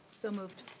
go moved.